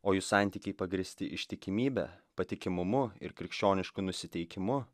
o jų santykiai pagrįsti ištikimybe patikimumu ir krikščionišku nusiteikimu